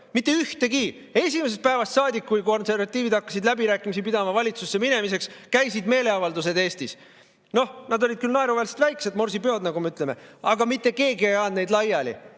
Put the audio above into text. Mitte ühtegi! Esimesest päevast saadik, kui konservatiivid hakkasid läbirääkimisi pidama valitsusse minemiseks, käisid Eestis meeleavaldused. Need olid küll naeruväärselt väikesed, morsipeod, nagu me ütleme, aga mitte keegi ei ajanud neid laiali.